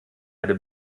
erde